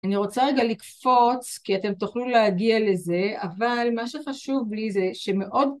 אני רוצה רגע לקפוץ כי אתם תוכלו להגיע לזה אבל מה שחשוב לי זה שמאוד...